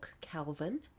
Calvin